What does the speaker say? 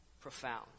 profound